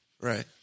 Right